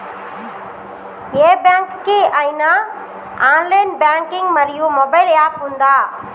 ఏ bank కి ఐనా online banking మరియు మొబైల్ యాప్ ఉందా?